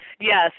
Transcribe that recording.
Yes